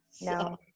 No